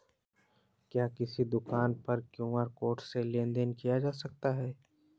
क्या किसी दुकान पर क्यू.आर कोड से लेन देन देन किया जा सकता है?